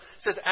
says